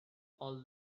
all